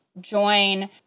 join